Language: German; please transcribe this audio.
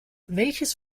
welches